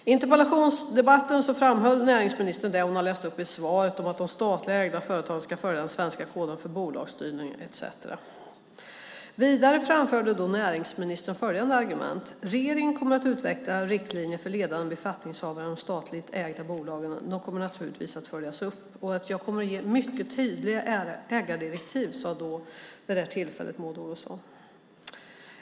I interpellationsdebatten framhöll näringsministern det hon läst upp i svaret om att de statligt ägda företagen ska följa den svenska koden för bolagsstyrning etcetera. Vidare framförde näringsministern följande argument: Regeringen kommer att utveckla riktlinjer för ledande befattningshavare i de statligt ägda bolagen, och de kommer naturligtvis att följas upp. Jag kommer att ge mycket tydliga ägardirektiv, sade Maud Olofsson vid det tillfället.